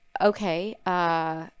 okay